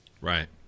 Right